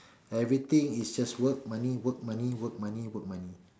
everything is just work money work money work money work money